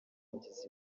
bagizi